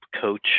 coach